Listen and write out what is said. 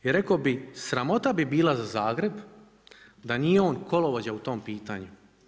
I rekao bih sramota bi bila za Zagreb da nije ono kolovođa u tom pitanju.